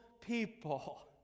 people